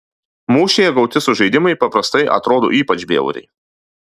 mūšyje gauti sužeidimai paprastai atrodo ypač bjauriai